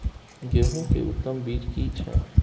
गेहूं के उत्तम बीज की छै?